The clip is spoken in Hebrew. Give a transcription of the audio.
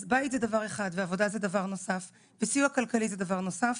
אז בית זה דבר אחד ועבודה זה דבר נוסף וסיוע כלכלי זה דבר נוסף